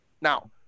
Now